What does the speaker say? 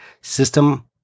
system